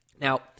Now